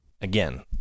again